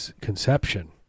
conception